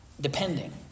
depending